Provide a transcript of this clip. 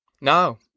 No